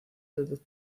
del